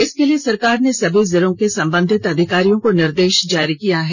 इसके लिए सरकार ने सभी जिलों के संबंधित अधिकारियों को निर्देश जारी कर दिया है